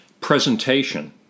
presentation